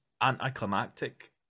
anticlimactic